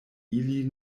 ili